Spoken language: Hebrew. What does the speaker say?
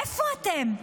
איפה אתם?